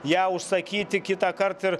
ją užsakyti kitąkart ir